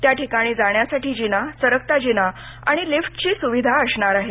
त्या ठिकाणी जाण्या साठी जीना सरकता जीना आणि लिफ्ट ची सुविधा असणार आहे